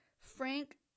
Frank